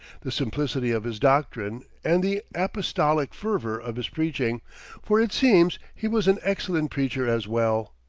the simplicity of his doctrine, and the apostolic fervor of his preaching for, it seems, he was an excellent preacher as well.